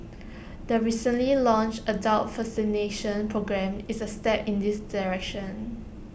the recently launched adult vaccination programme is A step in this direction